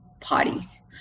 parties